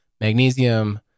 Magnesium